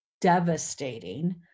devastating